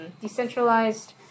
decentralized